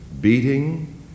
beating